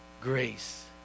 grace